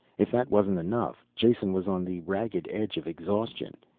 if that wasn't enough, jason was on the ragged edge of exhaustion.